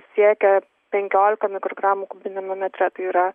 siekia penkiolika mikrogramų kubiniame metre tai yra